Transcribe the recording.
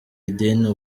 idini